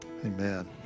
Amen